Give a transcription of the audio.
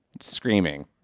screaming